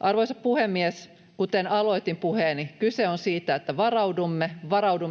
Arvoisa puhemies! Kuten aloitin puheeni, kyse on siitä, että